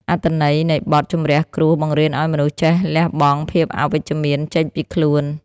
អត្ថន័យនៃបទ ជម្រះគ្រោះ បង្រៀនឱ្យមនុស្សចេះលះបង់ភាពអវិជ្ជមានចេញពីខ្លួន។